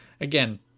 Again